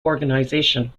organisation